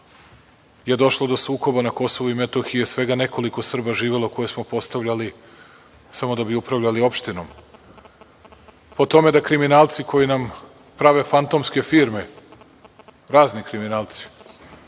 je došlo do sukoba na KiM je svega nekoliko Srba živelo koje smo postavljali samo da bi upravljali opštinom. Kriminalci koji nam prave fantomske firme, razni kriminalci,